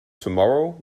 tomorrow